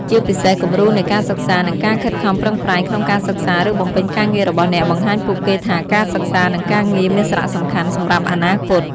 ជាពិសេសគំរូនៃការសិក្សា និងការងារខិតខំប្រឹងប្រែង ក្នុងការសិក្សា ឬបំពេញការងាររបស់អ្នក បង្ហាញពួកគេថាការសិក្សា និងការងារមានសារៈសំខាន់សម្រាប់អនាគត ។